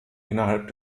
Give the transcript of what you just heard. innerhalb